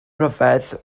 rhyfedd